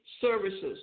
services